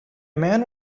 man